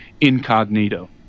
incognito